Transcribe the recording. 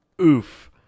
Oof